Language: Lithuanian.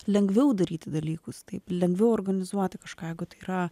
lengviau daryti dalykus taip lengviau organizuoti kažką jeigu tai yra